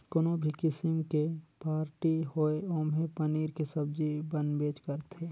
कोनो भी किसिम के पारटी होये ओम्हे पनीर के सब्जी बनबेच करथे